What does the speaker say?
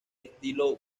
estilo